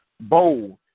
bold